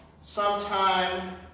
Sometime